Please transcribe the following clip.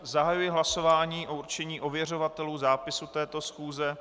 Zahajuji hlasování o určení ověřovatelů zápisu této schůze.